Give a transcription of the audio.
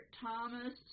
Thomas